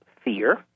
fear